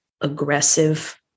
aggressive